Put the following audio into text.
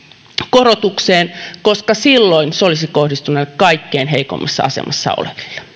korotukseen koska silloin se olisi kohdistunut kaikkein heikoimmassa asemassa oleville